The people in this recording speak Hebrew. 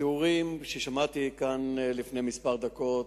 התיאורים ששמעתי כאן לפני כמה דקות,